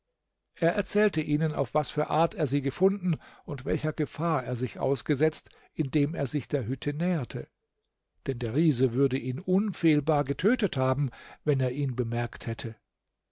er erzählte ihnen auf was für art er sie gefunden und welcher gefahr er sich ausgesetzt indem er sich der hütte näherte denn der riese würde ihn unfehlbar getötet haben wenn er ihn bemerkt hätte